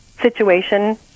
situation